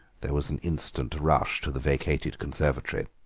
there was an instant rush to the vacated conservatory.